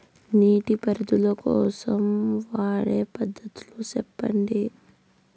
నీటి పారుదల కోసం వాడే పద్ధతులు సెప్పండి?